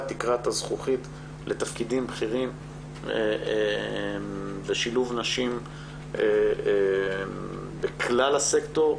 תקרת הזכוכית לתפקידים בכירים ושילוב נשים בכלל הסקטור,